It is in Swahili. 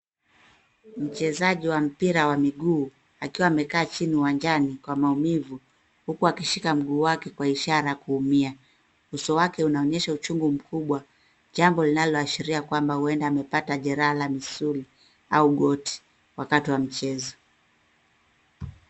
Mchezaji wa mpira wa miguu akiwa amekaa chini uwanjani kwa maumivu uku akishika mguu wake kwa ishara ya kuumia. Uso wake unaonyesha uchungu mkubwa. Jambo linaloashiria kwamba huenda amepata jeraha la misuli au goti wakati wa michezo.